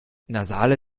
nasale